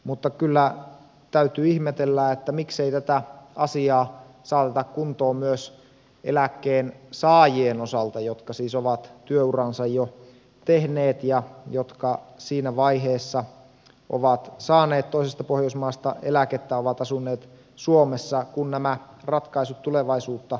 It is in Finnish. mutta kyllä täytyy ihmetellä miksei tätä asiaa saateta kuntoon myös eläkkeen saajien osalta jotka siis ovat työuransa jo tehneet ja jotka siinä vaiheessa kun nämä ratkaisut tulevaisuutta varten tehtiin ovat asuneet suomessa ja saaneet toisesta pohjoismaasta eläkettä